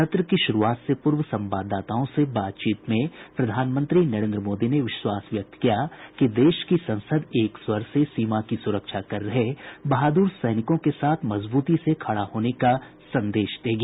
सत्र की शुरूआत से पूर्व संवाददाताओं से बातचीत में प्रधानमंत्री नरेन्द्र मोदी ने विश्वास व्यक्त किया कि देश की संसद एक स्वर से सीमा की सुरक्षा कर रहे बहादुर सैनिकों के साथ मजबूती से खड़ा होने का संदेश देगी